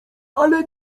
ale